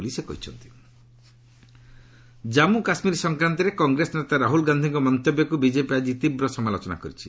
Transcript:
BJP Rahul Jammu Kashmir ସଂକ୍ରାନ୍ତରେ କଂଗ୍ରେସ ନେତା ରାହୁଲ ଗାନ୍ଧିଙ୍କର ମନ୍ତବ୍ୟକୁ ବିଜେପି ଆଜି ତୀବ୍ର ସମାଲୋଚନା କରିଛି